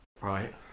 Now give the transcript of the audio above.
Right